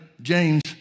James